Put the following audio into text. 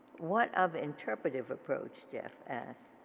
what of interpretive approach jeff asked.